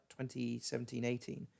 2017-18